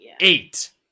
Eight